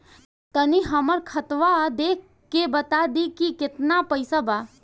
तनी हमर खतबा देख के बता दी की केतना पैसा बा?